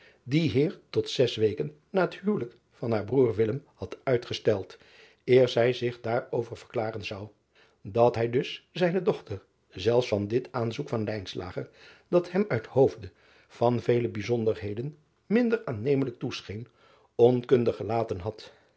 dien eer tot zes weken na het huwelijk van haar broeder had uitgesteld eer zij zich daarover verklaren zou dat hij dus zijne dochter zelfs van dit aanzoek van dat hem uit hoofde van vele bijzonderheden minder aannemelijk toescheen onkundig gelaten had